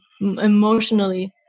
emotionally